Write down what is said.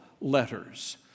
letters